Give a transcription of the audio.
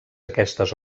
aquestes